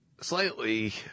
slightly